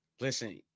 Listen